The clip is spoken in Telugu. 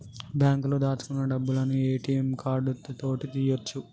బాంకులో దాచుకున్న డబ్బులను ఏ.టి.యం కార్డు తోటి తీయ్యొచు